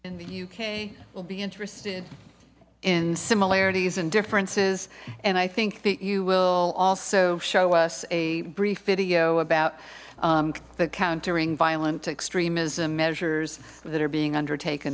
in the uk we'll be interested in similarities and differences and i think that you will also show us a brief video about the countering violent extremism measures that are being undertaken